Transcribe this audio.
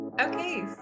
Okay